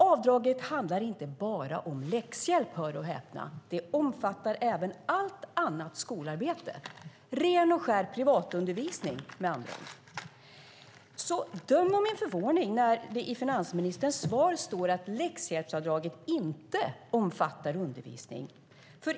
Avdraget handlar inte bara om läxhjälp - hör och häpna! Det omfattar även allt annat skolarbete. Det är ren och skär privatundervisning, med andra ord. Döm om min förvåning när det i finansministerns svar står att läxhjälpsavdraget inte omfattar undervisning.